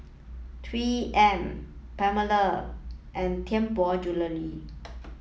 Three M Palmer and Tianpo Jewellery